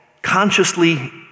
consciously